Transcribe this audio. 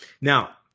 now